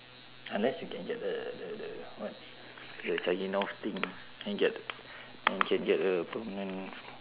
unless you can get the the the the what the changi north thing can get you can get a permanent